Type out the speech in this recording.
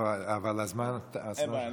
אבל הזמן שלך, אין בעיה.